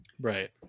Right